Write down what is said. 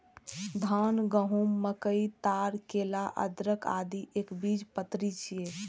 धान, गहूम, मकई, ताड़, केला, अदरक, आदि एकबीजपत्री छियै